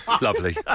Lovely